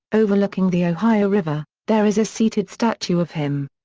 overlooking the ohio river, there is a seated statue of him.